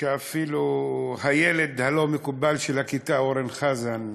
ואפילו הילד הלא-מקובל של הכיתה, אורן חזן,